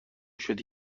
شدی